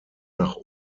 nach